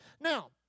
Now